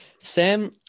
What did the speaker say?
Sam